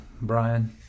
Brian